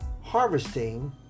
harvesting